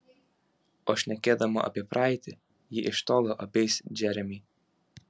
o šnekėdama apie praeitį ji iš tolo apeis džeremį